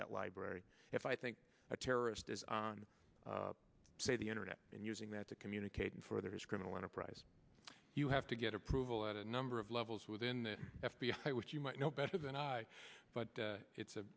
that library if i think a terrorist is on the internet and using that to communicate and further his criminal enterprise you have to get approval at a number of levels within the f b i which you might know better than i but it's a